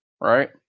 right